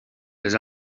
les